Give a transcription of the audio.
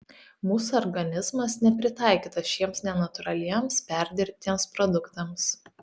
mūsų organizmas nepritaikytas šiems nenatūraliems perdirbtiems produktams